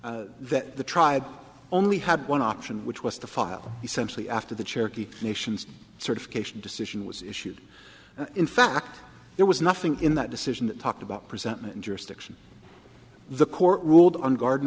that the tribe only had one option which was to file essentially after the cherokee nation's certification decision was issued in fact there was nothing in that decision that talk about present jurisdiction the court ruled on garden